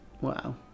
Wow